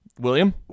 William